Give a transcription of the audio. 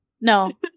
No